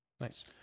Nice